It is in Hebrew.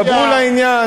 דברו לעניין,